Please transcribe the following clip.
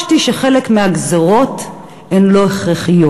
חשתי שחלק מהגזירות הן לא הכרחיות,